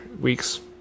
weeks